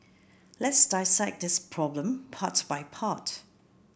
let's dissect this problem part by part